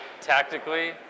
tactically